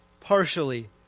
partially